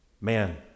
Man